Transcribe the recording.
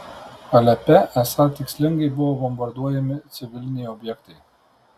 alepe esą tikslingai buvo bombarduojami civiliniai objektai